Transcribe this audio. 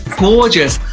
gorgeous.